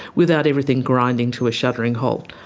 without everything grinding to a shuddering halt.